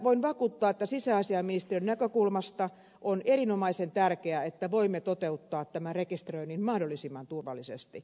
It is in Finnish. voin vakuuttaa että sisäasiainministeriön näkökulmasta on erinomaisen tärkeää että voimme toteuttaa tämän rekisteröinnin mahdollisimman turvallisesti